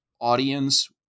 audience